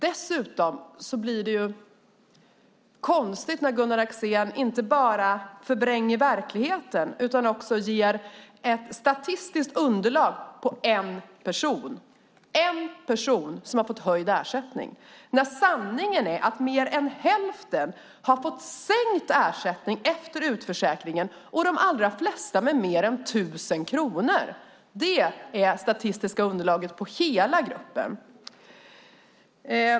Gunnar Axén förvränger inte bara verkligheten. Han presenterar också ett statistiskt underlag bestående av en person som har fått höjd ersättning. En person! Sanningen är att mer än hälften har fått sänkt ersättning efter utförsäkringen, och de allra flesta med mer än 1 000 kronor. Det är det statistiska underlaget för hela gruppen.